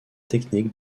technique